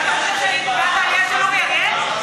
מה אתה חושב, שאני, של אורי אריאל?